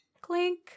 Clink